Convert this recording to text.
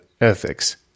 ethics